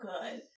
good